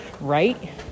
right